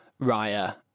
Raya